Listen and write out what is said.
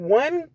one